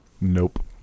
nope